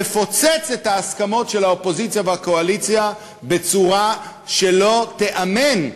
לפוצץ את ההסכמות של האופוזיציה והקואליציה בצורה שלא תיאמן,